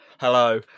Hello